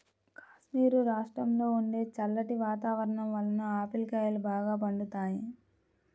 కాశ్మీరు రాష్ట్రంలో ఉండే చల్లటి వాతావరణం వలన ఆపిల్ కాయలు బాగా పండుతాయి